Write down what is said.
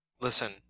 listen